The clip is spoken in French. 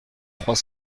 trois